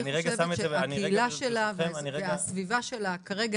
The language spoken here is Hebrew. אני חושבת שהקהילה שלה והסביבה שלה כרגע